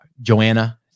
Joanna